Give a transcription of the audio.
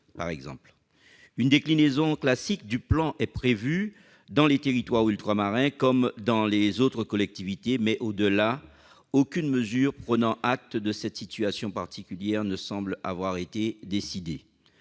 Une déclinaison classique du plan est prévue dans les territoires ultramarins comme dans les autres collectivités, mais, au-delà, aucune mesure prenant acte de cette situation particulière ne semble avoir été décidée.